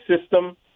system